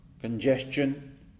congestion